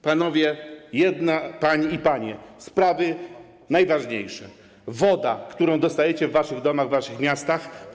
Panowie i panie, sprawy najważniejsze, woda, którą dostajecie w waszych domach, w waszych miastach.